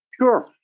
Sure